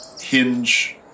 hinge